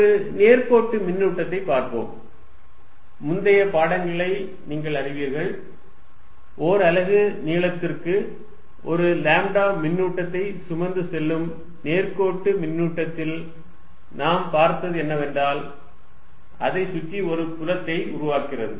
ஒரு நேர்கோட்டு மின்னூட்டத்தைப் பார்ப்போம் முந்தைய பாடங்களை நீங்கள் அறிவீர்கள் ஓர் அலகு நீளத்திற்கு ஒரு லாம்ப்டா மின்னூட்டத்தை சுமந்து செல்லும் நேர்கோட்டு மின்னூட்டத்தில் நாம் பார்த்தது என்னவென்றால் அதைச் சுற்றி ஒரு புலத்தை உருவாக்குகிறது